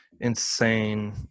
insane